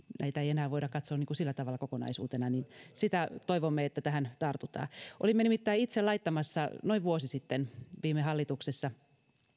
näitä ei enää voida katsoa sillä tavalla kokonaisuutena sitä toivomme että tähän tartutaan olimme nimittäin itse laittamassa noin vuosi sitten viime hallituksessa